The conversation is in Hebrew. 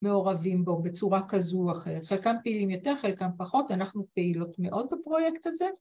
‫מעורבים בו בצורה כזו או אחרת. ‫חלקם פעילים יותר, חלקם פחות. ‫אנחנו פעילות מאוד בפרויקט הזה.